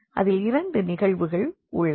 அதில் இரண்டு நிகழ்வுகள் உள்ளன